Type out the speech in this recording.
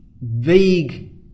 vague